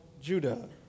Judah